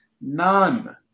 None